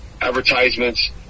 advertisements